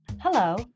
Hello